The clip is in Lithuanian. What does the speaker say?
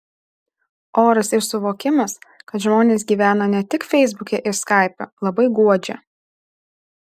oras ir suvokimas kad žmonės gyvena ne tik feisbuke ir skaipe labai guodžia